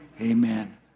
amen